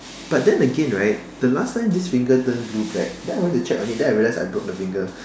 but then again right the last time this finger turned blue black then I went to check on it then I realised I broke the finger